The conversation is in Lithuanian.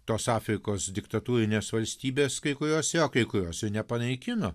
tos afrikos diktatūrinės valstybės kai kurios o kai kurios ir nepanaikino